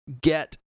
get